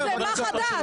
מה חדש?